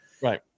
Right